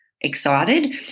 excited